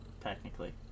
Technically